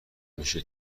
میشه